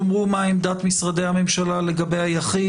תאמרו מה עמדת משרדי הממשלה לגבי היחיד,